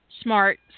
smart